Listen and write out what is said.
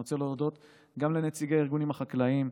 אני רוצה להודות גם לנציגי הארגונים החקלאיים,